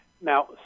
Now